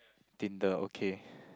Tinder okay